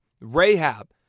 Rahab